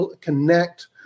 connect